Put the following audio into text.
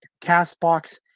CastBox